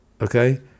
okay